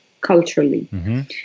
culturally